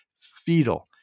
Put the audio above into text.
fetal